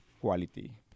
quality